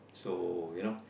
so you know